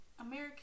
American